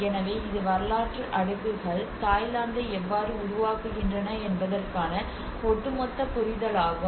எனவே இது வரலாற்று அடுக்குகள் தாய்லாந்தை எவ்வாறு உருவாக்குகின்றன என்பதற்கான ஒட்டுமொத்த புரிதல் ஆகும்